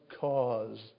cause